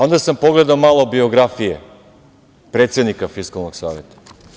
Onda sam pogledao malo biografije predsednika Fiskalnog saveta.